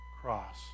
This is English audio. cross